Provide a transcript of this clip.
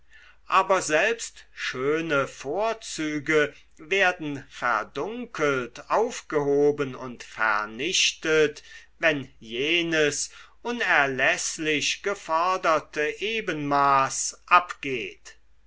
aber selbst schöne vorzüge werden verdunkelt aufgehoben und vernichtet wenn jenes unerläßlich geforderte ebenmaß abgeht